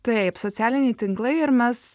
taip socialiniai tinklai ir mes